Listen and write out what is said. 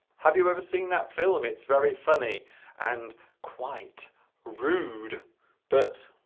have you ever seen that film it's very funny and quite rude but